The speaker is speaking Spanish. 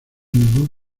ningún